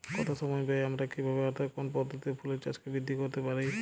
কম সময় ব্যায়ে আমরা কি ভাবে অর্থাৎ কোন পদ্ধতিতে ফুলের চাষকে বৃদ্ধি করতে পারি?